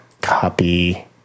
Copy